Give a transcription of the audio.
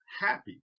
happy